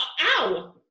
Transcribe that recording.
ow